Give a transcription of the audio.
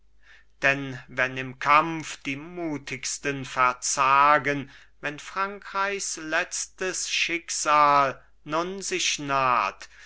denn wenn im kampf die mutigsten verzagen wenn frankreichs letztes schicksal nun sich naht